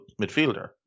midfielder